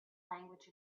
language